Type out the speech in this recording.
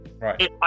Right